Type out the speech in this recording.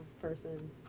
person